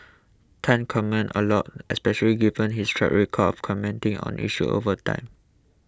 Tan comments a lot especially given his track record of commenting on issues over time